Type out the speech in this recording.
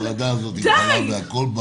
ההחלטה הזאת של ההפרדה עם חלב והכול,